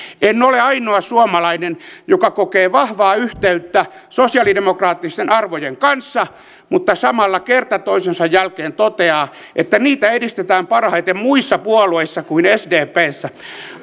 en ole ainoa suomalainen joka kokee vahvaa yhteyttä sosialidemokraattisten arvojen kanssa mutta samalla kerta toisensa jälkeen toteaa että niitä edistetään parhaiten muissa puolueissa kuin sdpssä